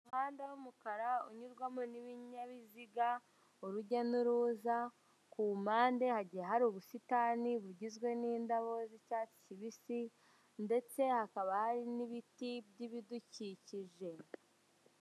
Umuhanda w'umukara unyurwamo n'ibinyabiziga urujya n'uruza ku mpande hajya hari ubusitani bugizwe n'indabo z'icyatsi kibisi ndetse hakaba hari n'ibiti by'ibidukikije.